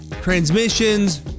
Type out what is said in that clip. transmissions